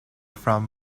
from